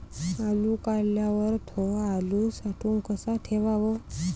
आलू काढल्यावर थो आलू साठवून कसा ठेवाव?